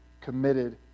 committed